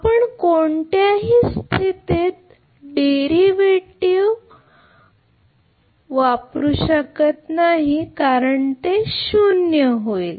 आपण कोणत्याही स्थितीत डेरिव्हेटिव्ह शून्य होईल